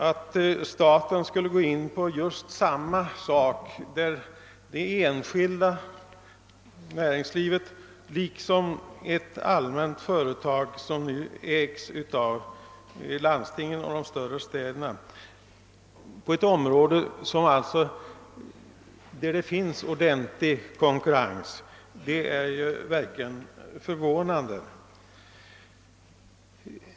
Att staten skulle gå in på ett område, där det enskilda näringslivet liksom ett allmänt företag, som ägs av landstingen och de större städerna, är verksamt och där det finns ordentlig konkurrens, är ju märkligt.